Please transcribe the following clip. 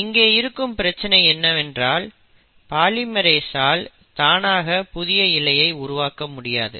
இங்கே இருக்கும் பிரச்சினை என்னவென்றால் பாலிமெரேசால் தானாக புதிய இழையை உருவாக்க முடியாது